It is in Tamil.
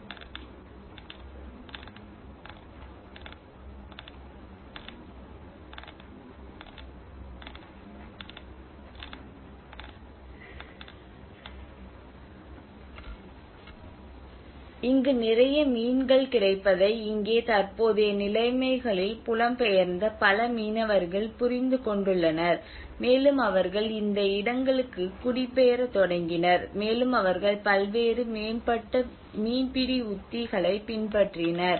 Video Start Time 2154 Video End Time 3151 இங்கு நிறைய மீன்கள் கிடைப்பதை இங்கே தற்போதைய நிலைமைகளில் புலம் பெயர்ந்த பல மீனவர்கள் புரிந்து கொண்டுள்ளனர் மேலும் அவர்கள் இந்த இடங்களுக்கு குடிபெயரத் தொடங்கினர் மேலும் அவர்கள் பல்வேறு மேம்பட்ட மீன்பிடி உத்திகளைப் பின்பற்றினர்